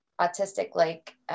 autistic-like